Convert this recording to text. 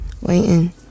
waiting